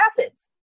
acids